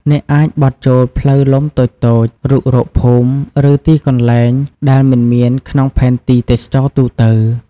អ្នកអាចបត់ចូលផ្លូវលំតូចៗ រុករកភូមិ ឬទីកន្លែងដែលមិនមានក្នុងផែនទីទេសចរណ៍ទូទៅ។